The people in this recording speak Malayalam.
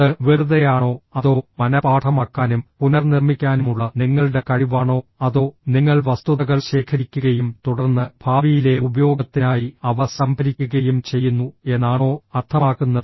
അത് വെറുതെയാണോ അതോ മനപാഠമാക്കാനും പുനർനിർമ്മിക്കാനുമുള്ള നിങ്ങളുടെ കഴിവാണോ അതോ നിങ്ങൾ വസ്തുതകൾ ശേഖരിക്കുകയും തുടർന്ന് ഭാവിയിലെ ഉപയോഗത്തിനായി അവ സംഭരിക്കുകയും ചെയ്യുന്നു എന്നാണോ അർത്ഥമാക്കുന്നത്